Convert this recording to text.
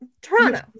Toronto